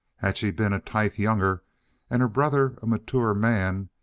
had she been a tithe younger and her brother mature man,